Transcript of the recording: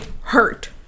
hurt